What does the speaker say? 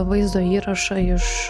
vaizdo įrašą iš